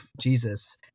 Jesus